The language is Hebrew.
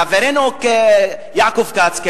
חברנו יעקב כץ,